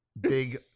big